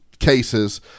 cases